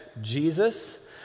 Jesus